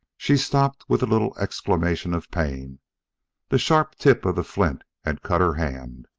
she stopped with a little exclamation of pain the sharp tip of the flint had cut her hand.